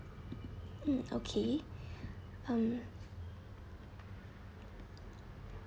mm okay mm